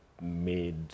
made